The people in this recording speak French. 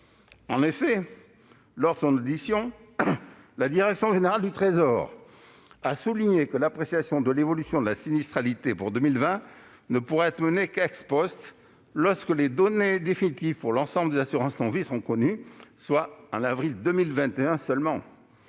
En effet, lors de son audition, la direction générale du Trésor a souligné que l'appréciation de l'évolution de la sinistralité pour 2020 ne pourra être menée qu', lorsque les données définitives pour l'ensemble des assurances non-vie seront connues, soit en avril 2021 seulement.